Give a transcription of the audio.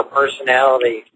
personality